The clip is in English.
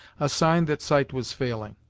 a sign that sight was failing.